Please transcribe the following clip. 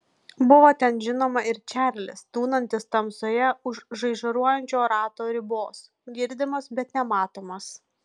buvo ten žinoma ir čarlis tūnantis tamsoje už žaižaruojančio rato ribos girdimas bet nematomas